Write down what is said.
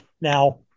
Now